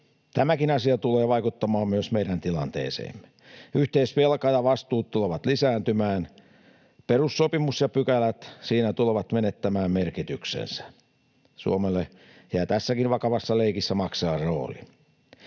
Tämäkin asia tulee vaikuttamaan myös meidän tilanteeseemme. Yhteisvelka ja ‑vastuut tulevat lisääntymään. Perussopimus ja pykälät siinä tulevat menettämään merkityksensä. Suomelle jää tässäkin vakavassa leikissä maksajan rooli.